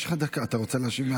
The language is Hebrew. רוצה להשיב?